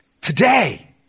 Today